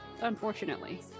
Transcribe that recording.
unfortunately